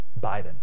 Biden